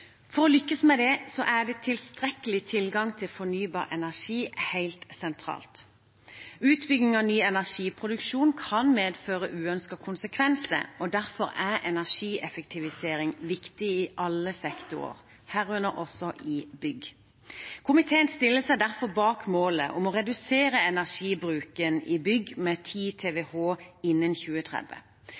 For å lykkes med det er tilstrekkelig tilgang på fornybar energi helt sentralt. Utbygging av ny energiproduksjon kan medføre uønskede konsekvenser, og derfor er energieffektivisering viktig i alle sektorer, herunder også i byggsektoren. Komiteen stiller seg derfor bak målet om å redusere energibruken i bygg med 10 TWh innen 2030.